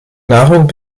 nahrung